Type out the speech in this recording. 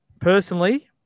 Personally